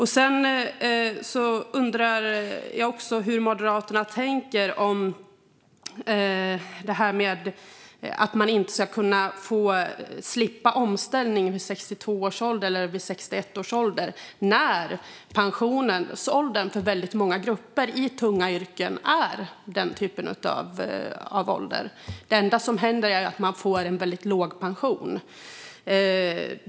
Jag undrar också hur Moderaterna tänker i fråga om att man inte ska kunna få slippa omställning vid 61 eller 62 års ålder, när pensionsåldern för väldigt många grupper i tunga yrken är just i den åldern. Det enda som händer är att man får en väldigt låg pension.